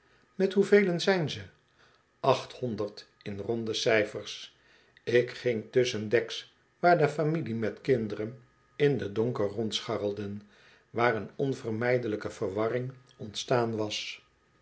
met hun hoevelen zijn ze achthonderd in ronde cijfers ik ging tusschendeks waar de families met kinderen in den donker rondscharrelden waar een onvermijdelijke verwarring ontstaan was